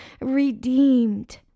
redeemed